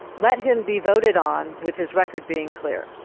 let him be voted on with his record being clear.